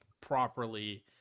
properly